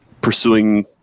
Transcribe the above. pursuing